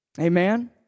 Amen